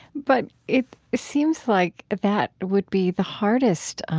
but it seems like that would be the hardest, um,